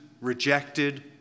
rejected